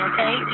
okay